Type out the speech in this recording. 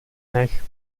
nech